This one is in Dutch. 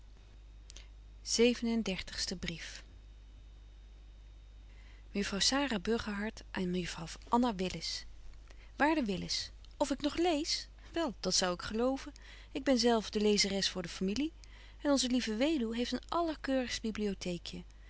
waarde willis of ik nog lees wel dat zou ik geloven ik ben zelf de lezeres voor de familie en onze lieve weduw heeft een allerkeurigst